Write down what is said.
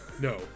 no